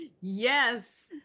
Yes